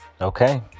Okay